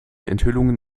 enthüllungen